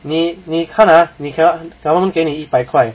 你你看着 ah 你 can~ government 给你一百块